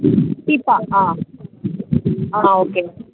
టీపా okay